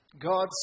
God's